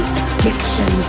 addiction